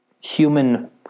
human